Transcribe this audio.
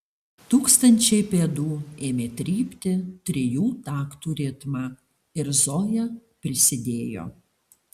tūkstančiai pėdų ėmė trypti trijų taktų ritmą ir zoja prisidėjo